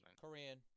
Korean